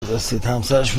رسیدهمسرش